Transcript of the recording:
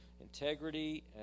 integrity